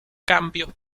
cambios